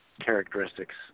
characteristics